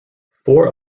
four